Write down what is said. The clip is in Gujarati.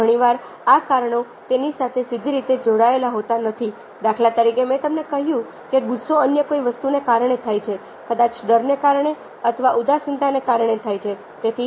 અને ઘણી વાર આ કારણો તેની સાથે સીધી રીતે જોડાયેલા હોતા નથી દાખલા તરીકે મેં તમને કહ્યું કે ગુસ્સો અન્ય કોઈ વસ્તુને કારણે થાય છે કદાચ ડરને કારણે અથવા ઉદાસીનતાને કારણે થાય છે